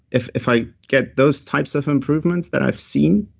if if i get those types of improvements that i've seen,